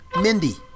Mindy